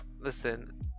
listen